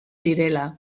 direla